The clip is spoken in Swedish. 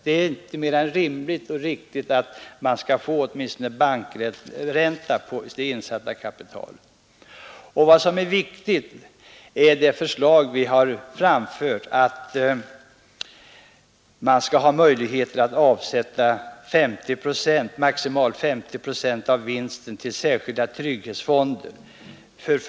Det är inte mer än rimligt och riktigt att man skall få åtminstone bankränta på det insatta kapitalet. Viktigt är vårt förslag att man i företag med mindre än 250 anställda skall ha möjlighet att avsätta maximalt 50 procent av vinsten till särskilda trygghetsfonder.